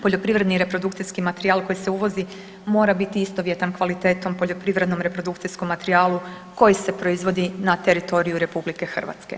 Poljoprivredni i reprodukcijski materijal koji se uvozi mora biti istovjetan kvalitetom poljoprivrednom reprodukcijskom materijalu koji se proizvodi na teritoriju RH.